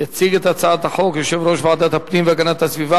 יציג את הצעת החוק יושב-ראש ועדת הפנים והגנת הסביבה,